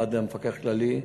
עד למפקח הכללי.